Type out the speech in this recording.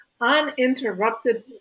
uninterrupted